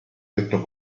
detto